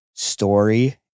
story